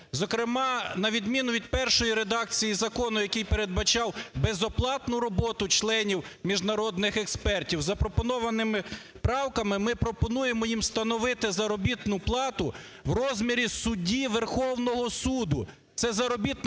Зокрема, на відміну від першої редакції закону, який передбачав безоплатну роботу членів міжнародних експертів запропонованими правками ми пропонуємо їм встановити заробітну плату в розмірі судді Верховного Суду. Це заробітна